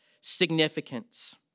significance